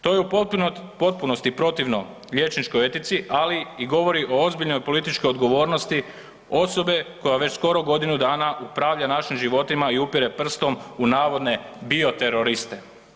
To je u potpunosti protivno liječničkoj etici, ali govori i o ozbiljnoj političkoj odgovornosti osobe koja već skoro godinu dana upravlja našim životima i upire prstom u navodne bioteroriste.